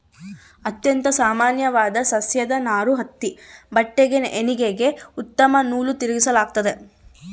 ಅತ್ಯಂತ ಸಾಮಾನ್ಯವಾದ ಸಸ್ಯದ ನಾರು ಹತ್ತಿ ಬಟ್ಟೆಗೆ ಹೆಣಿಗೆಗೆ ಉತ್ತಮ ನೂಲು ತಿರುಗಿಸಲಾಗ್ತತೆ